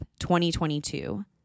2022